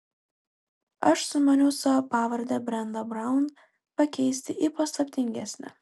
aš sumaniau savo pavardę brenda braun pakeisti į paslaptingesnę